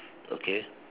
okay